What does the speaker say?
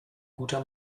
guter